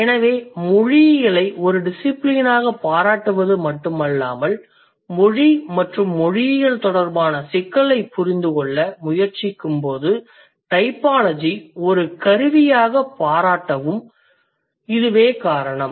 எனவே மொழியியலை ஒரு டிசிபிலினாக பாராட்டுவது மட்டுமல்லாமல் மொழி மற்றும் மொழியியல் தொடர்பான சிக்கல்களைப் புரிந்துகொள்ள முயற்சிக்கும்போது டைபாலஜி ஒரு கருவியாகப் பாராட்டவும் இதுவே காரணம்